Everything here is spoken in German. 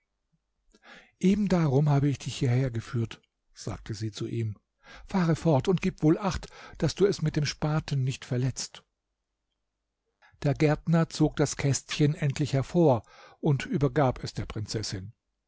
eben darum habe ich dich hierhergeführt sagte sie zu ihm fahre fort und gib wohl acht daß du es mit dem spaten nicht verletzt der gärtner zog das kästchen endlich hervor und übergab es der prinzessin